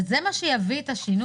וזה מה שיביא את השינוי?